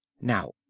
Now